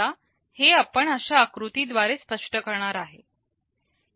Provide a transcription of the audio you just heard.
आता हे आपण अशा आकृती द्वारे स्पष्ट करणार आहोत